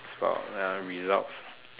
it's about ya results